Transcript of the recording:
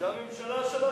זו הממשלה שלכם.